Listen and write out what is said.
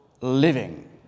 living